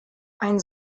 ein